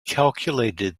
calculated